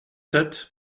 sept